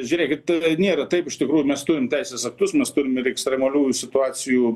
žiūrėkit nėra taip iš tikrųjų mes turim teisės aktus mes turime ir ekstremaliųjų situacijų